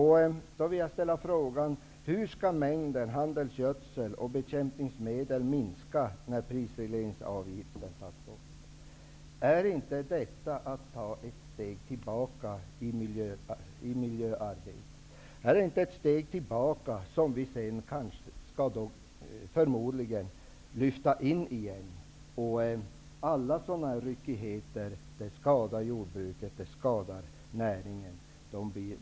Hur menar ni att mängden handelsgödsel och bekämpningsmedel skall minska när prisregleringsavgiften tas bort? Är inte det att ta ett steg tillbaka i miljöarbetet? Är det inte ett steg tillbaka att ta bort något som vi sedan förmodligen skall införa igen? Alla sådana ryckigheter skadar jordbruket och näringen.